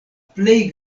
plej